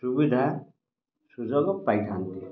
ସୁବିଧା ସୁଯୋଗ ପାଇଥା'ନ୍ତି